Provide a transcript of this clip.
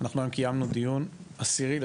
אנחנו היום קיימנו דיון עשירי,